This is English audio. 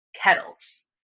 kettles